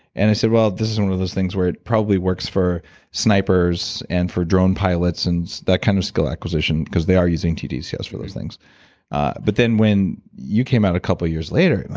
and i said, well, this is one of those things where it probably works for snipers, and for drone pilots and that kind of skill acquisition, because they are using tdcs for those things but then when you came out a couple years later, and i'm